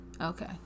okay